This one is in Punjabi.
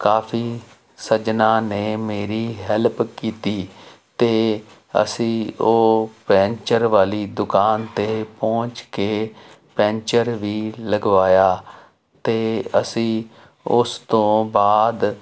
ਕਾਫ਼ੀ ਸੱਜਣਾਂ ਨੇ ਮੇਰੀ ਹੈਲਪ ਕੀਤੀ ਅਤੇ ਅਸੀਂ ਉਹ ਪੈਂਚਰ ਵਾਲੀ ਦੁਕਾਨ 'ਤੇ ਪਹੁੰਚ ਕੇ ਪੈਂਚਰ ਵੀ ਲਗਵਾਇਆ ਅਤੇ ਅਸੀਂ ਉਸ ਤੋਂ ਬਾਅਦ